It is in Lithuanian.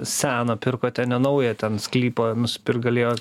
seną pirkote ne naują ten sklypą nuspirkt galėjo